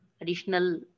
additional